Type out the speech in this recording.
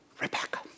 Rebecca